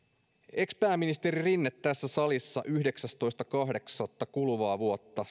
ex pääministeri rinne sanoi tässä salissa yhdeksästoista kahdeksatta kuluvaa vuotta